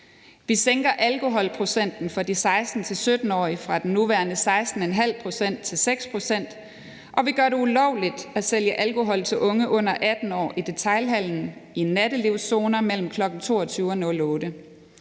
Vi sænker alkoholprocenten for de 16-17-årige fra de nuværende 16,5 pct. til 6 pct., og vi gør det ulovligt at sælge alkohol til unge under 18 år i detailhandlen i nattelivszoner mellem kl. 22.00